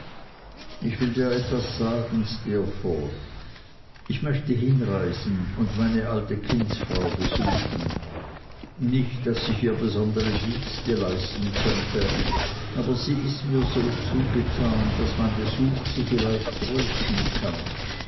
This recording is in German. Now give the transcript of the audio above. ich will dir etwas sagen steerforth ich möchte hinreisen und meine alte kindsfrau besuchen nicht daß ich ihr besondere dienste leisten könnte aber sie ist mir so zugetan daß mein besuch sie vielleicht trösten kann